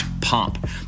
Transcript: pomp